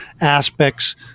aspects